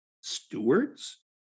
stewards